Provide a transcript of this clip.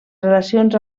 relacions